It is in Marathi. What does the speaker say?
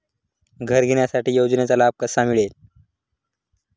घर घेण्यासाठी योजनेचा लाभ कसा मिळेल?